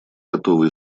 готова